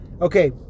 Okay